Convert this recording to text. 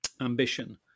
ambition